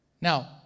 Now